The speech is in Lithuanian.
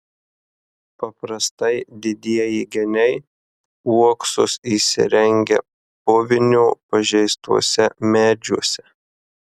paprastai didieji geniai uoksus įsirengia puvinio pažeistuose medžiuose